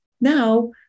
Now